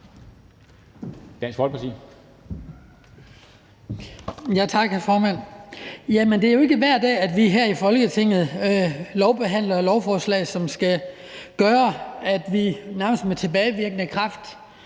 det er jo ikke hver dag, at vi her i Folketinget behandler lovforslag, som skal gøre, at vi nærmest med tilbagevirkende kraft